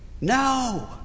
No